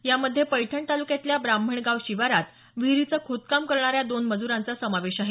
यामध्ये पैठण तालुक्यातल्या ब्राह्मणगाव शिवारात विहिरीचं खोदकाम करणाऱ्या दोन मज्रांचा समावेश आहे